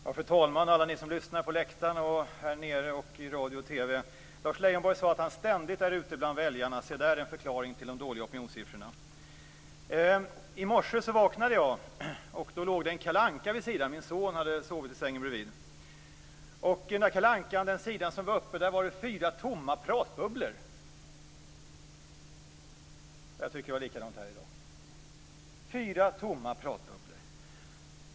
Fru talman! Alla ni på läktaren som lyssnar och alla ni som ser på TV eller lyssnar på radio! Lars Leijonborg sade att han ständigt är ute bland väljarna. Se där, en förklaring till de dåliga opinionssiffrorna. I morse när jag vaknade låg det en Kalle Ankatidning vid min sida. Min son hade sovit i sängen bredvid. Den sida som var uppslagen i denna Kalle Anka-tidning fanns det fyra tomma pratbubblor. Jag tyckte att det var likadant här i dag - fyra tomma pratbubblor.